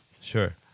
Sure